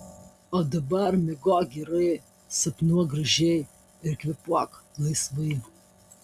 o dabar miegok gerai sapnuok gražiai ir kvėpuok laisvai